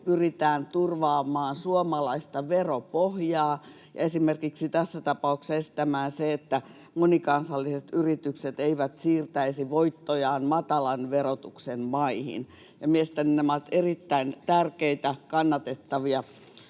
pyritään turvaamaan suomalaista veropohjaa ja esimerkiksi tässä tapauksessa estämään se, että monikansalliset yritykset siirtäisivät voittojaan matalan verotuksen maihin. Mielestäni nämä ovat erittäin tärkeitä, kannatettavia